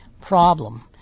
problem